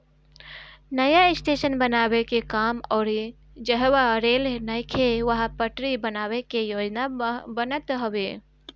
नया स्टेशन बनावे के काम अउरी जहवा रेल नइखे उहा पटरी बनावे के योजना बनत हवे